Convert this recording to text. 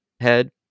head